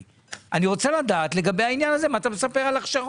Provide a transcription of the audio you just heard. אני יודע שמבקשים מאיתנו רבים לקיים דיון במקום